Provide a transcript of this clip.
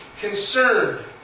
concerned